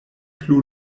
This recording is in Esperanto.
plu